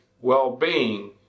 well-being